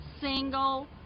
single